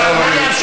למה?